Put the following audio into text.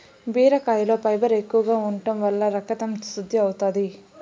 బీరకాయలో ఫైబర్ ఎక్కువగా ఉంటం వల్ల రకతం శుద్ది అవుతాది